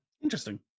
interesting